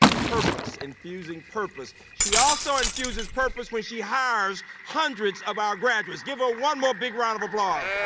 purpose infusing purpose. she also enthuses purpose when she hires hundreds of our graduates. give her one more big round of applause.